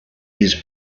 his